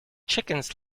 chickens